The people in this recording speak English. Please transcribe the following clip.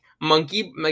monkey